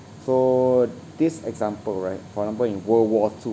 so this example right for example in world war two